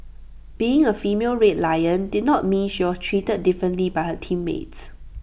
being A female red lion did not mean she was treated differently by her teammates